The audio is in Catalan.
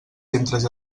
centres